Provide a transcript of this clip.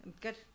good